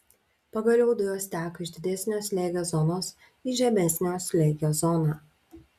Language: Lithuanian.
pagaliau dujos teka iš didesnio slėgio zonos į žemesnio slėgio zoną